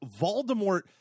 Voldemort